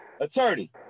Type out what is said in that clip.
attorney